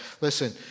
Listen